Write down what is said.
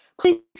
please